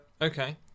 Okay